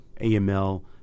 AML